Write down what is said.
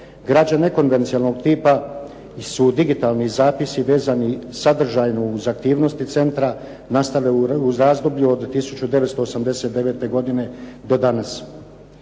Građa nekonvencionalnog tipa su digitalni zapisi vezani sadržajno uz aktivnosti centra nastali u razdoblju od 1989. godine do danas.